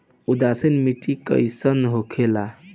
उदासीन मिट्टी कईसन होखेला?